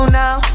now